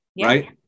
right